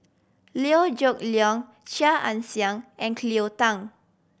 Liew Geok Leong Chia Ann Siang and Cleo Thang